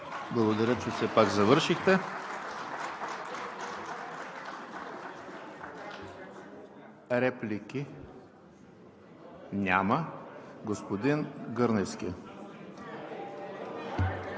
Благодаря, че все пак завършихте. Реплики? Няма. Господин Гърневски,